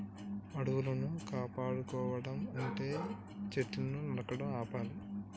అడవులను కాపాడుకోవనంటే సెట్లును నరుకుడు ఆపాలి